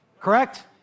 correct